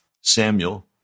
Samuel